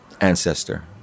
ancestor